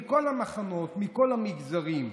מכל המחנות, מכל המגזרים.